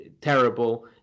terrible